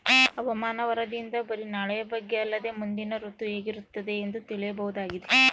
ಹವಾಮಾನ ವರದಿಯಿಂದ ಬರಿ ನಾಳೆಯ ಬಗ್ಗೆ ಅಲ್ಲದೆ ಮುಂದಿನ ಋತು ಹೇಗಿರುತ್ತದೆಯೆಂದು ತಿಳಿಯಬಹುದಾಗಿದೆ